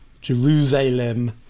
Jerusalem